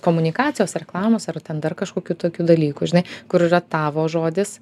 komunikacijos reklamos ar ten dar kažkokių tokių dalykų žinai kur yra tavo žodis